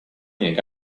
thing